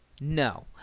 No